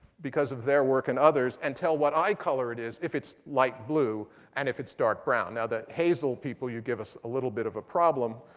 because of their work and others, and tell what eye color, it is if it's light blue and if it's dark brown. now, the hazel people you give us a little bit of a problem.